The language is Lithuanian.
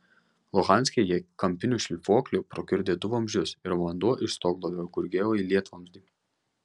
luhanske jie kampiniu šlifuokliu prakiurdė du vamzdžius ir vanduo iš stoglovio gurgėjo į lietvamzdį